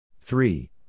Three